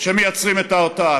שמייצרים את ההרתעה,